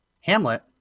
Hamlet